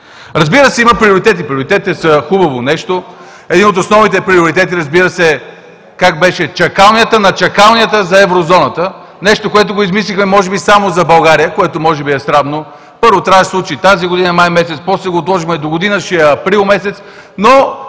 Разбира се, има и приоритети. Приоритетите са хубаво нещо. Един от основните приоритети, разбира се, е, как беше, чакалнята на чакалнята за Еврозоната! Нещо, което го измислиха може би само за България, което може би е срамно. Първо, трябваше да се случи тази година – месец май, после го отложихме за догодина – ще е месец